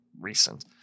recent